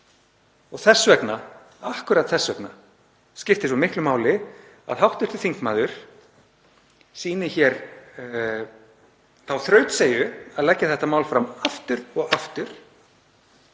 Þess vegna, akkúrat þess vegna, skiptir svo miklu máli að hv. þingmaður sýni hér þá þrautseigju að leggja þetta mál fram aftur og aftur